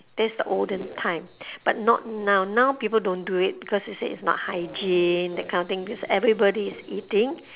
that's the olden time but not now now people don't do it because they said it's not hygiene that kind of thing because everybody is eating